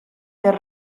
del